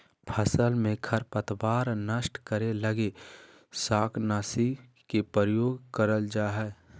फसल में खरपतवार नष्ट करे लगी शाकनाशी के प्रयोग करल जा हइ